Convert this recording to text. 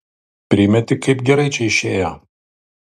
primeti kaip gerai čia išėjo